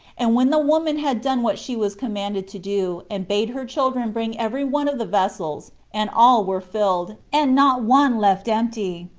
and when the woman had done what she was commanded to do, and bade her children bring every one of the vessels, and all were filled, and not one left empty,